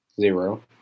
Zero